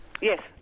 Yes